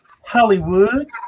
Hollywood